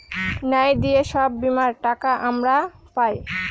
ন্যায় দিয়ে সব বীমার টাকা আমরা পায়